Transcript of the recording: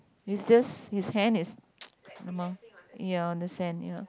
is just his hand is ya on the sand ya